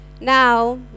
Now